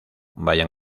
vayan